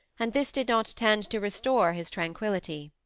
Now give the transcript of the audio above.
and this did not tend to restore his tranquillity.